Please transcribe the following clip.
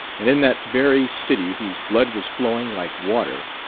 and in that very city whose blood was flowing like water,